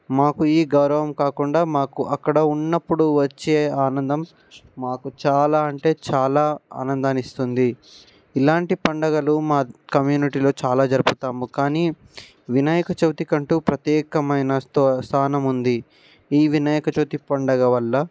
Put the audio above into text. మాకు ఈ గౌరవం కాకుండా మాకు అక్కడ ఉన్నప్పుడు వచ్చే ఆనందం మాకు చాలా అంటే చాలా ఆనందాన్ని ఇస్తుంది ఇలాంటి పండుగలు మా కమ్యూనిటీలో చాలా జరుపుతాము కానీ వినాయక చవితికి అంటూ ప్రత్యేకమైన స్తా స్థానం ఉంది ఈ వినాయక చవితి పండుగ వల్ల